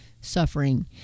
suffering